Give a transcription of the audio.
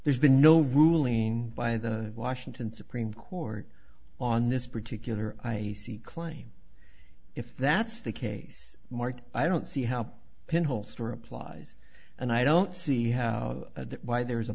there's been no ruling by the washington supreme court on this particular i e c claim if that's the case mart i don't see how pinhole story applies and i don't see how that why there is a